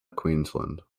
queensland